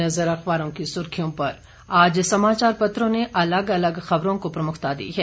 अब एक नजर अखबारों की सुर्खियों पर आज समाचार पत्रों ने अलग अलग खबरों को प्रमुखता दी है